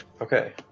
Okay